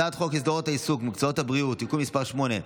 הצעת חוק הסדרת העיסוק במקצועות הבריאות (תיקון מס' 8)